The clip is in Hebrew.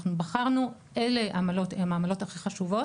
אנחנו בחרנו אלה עמלות הן העמלות הכי חשובות